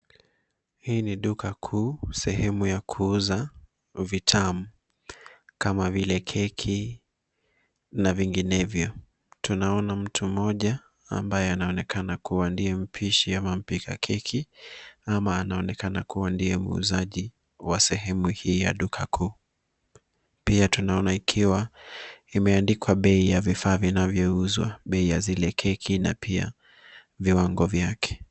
Huu ni duka kuu, sehemu ya kuuza vitam kama vile keki na vinginevyo. Tunaona mtu mmoja ambaye anaonekana kuwa ndiye mpishi ama mpika keki ama anaonekana kuwa ndiye muuzaji wa sehemu hii ya duka kuu. Pia tunaona ikiwa imeandikwa bei ya vifaa vinavyouzwa, bei ya zile keki na pia viwango vyake.